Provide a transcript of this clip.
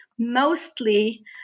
Mostly